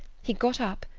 he got up,